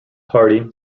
hardy